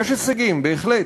יש הישגים בהחלט,